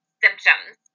symptoms